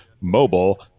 mobile